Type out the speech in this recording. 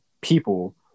people